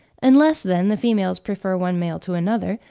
unless, then, the females prefer one male to another,